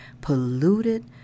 polluted